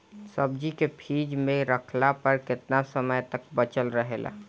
सब्जी के फिज में रखला पर केतना समय तक बचल रहेला?